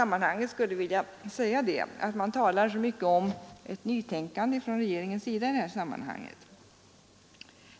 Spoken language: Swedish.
Man talar så mycket om ett nytänkande hos regeringen i det här sammanhanget.